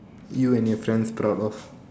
you and your friends proud of